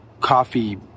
coffee